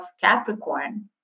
capricorn